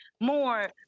more